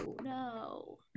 no